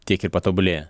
tiek ir patobulėjo